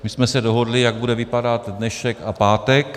My jsme se dohodli, jak bude vypadat dnešek a pátek.